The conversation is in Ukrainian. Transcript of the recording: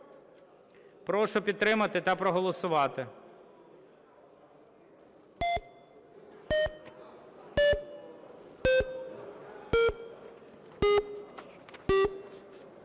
Прошу підтримати та проголосувати.